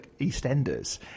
EastEnders